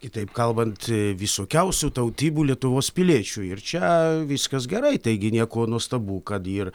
kitaip kalbant visokiausių tautybių lietuvos piliečių ir čia viskas gerai taigi nieko nuostabu kad ir